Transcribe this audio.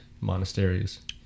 monasteries